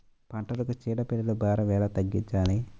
పంటలకు చీడ పీడల భారం ఎలా తగ్గించాలి?